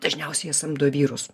dažniausiai jie samdo vyrus